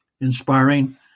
inspiring